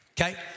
Okay